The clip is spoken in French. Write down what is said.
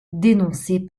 dénoncée